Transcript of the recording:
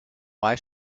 why